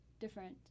different